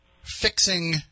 fixing